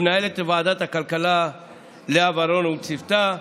למנהלת ועדת הכלכלה לאה ורון וצוותה,